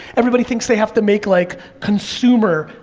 everybody thinks they have to make, like, consumer,